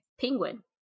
Penguin